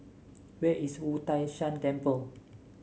where is Wu Tai Shan Temple